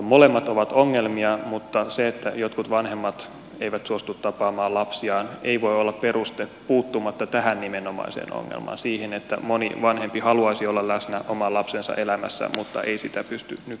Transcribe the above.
molemmat ovat ongelmia mutta se että jotkut vanhemmat eivät suostu tapaamaan lapsiaan ei voi olla peruste olla puuttumatta tähän nimenomaiseen ongelmaan siihen että moni vanhempi haluaisi olla läsnä oman lapsensa elämässä mutta ei sitä pysty nykyään tekemään